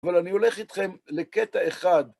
אבל אני הולך איתכם לקטע אחד.